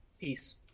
Peace